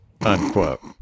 unquote